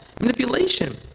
manipulation